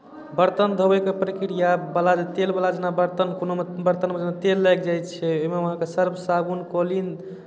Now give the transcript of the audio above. बर्तन धोवयके प्रक्रियावला जे तेलवला जेना बरतन कोनो बरतनमे जेना तेल लागि जाइत छै ओहिमे अहाँकेँ सर्फ साबुन कोलीन